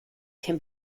can